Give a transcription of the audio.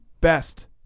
best